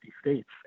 states